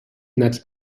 nuts